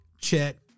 Chet